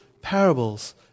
parables